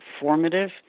formative